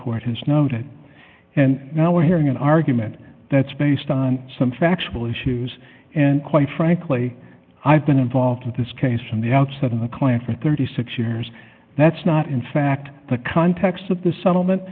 court has noted and now we're hearing an argument that's based on some factual issues and quite frankly i've been involved with this case from the outset of a client for thirty six years that's not in fact the context of the settlement